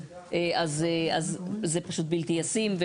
אז זה פשוט בלתי ישים.